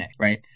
right